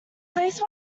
please